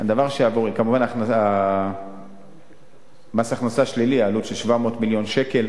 כמובן, מס הכנסה שלילי, עלות של 700 מיליון שקל.